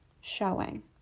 showing